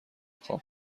خوام